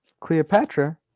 Cleopatra